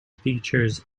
features